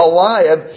Eliab